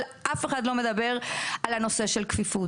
אף אחד לא מדבר על הנושא של כפיפות.